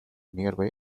nearby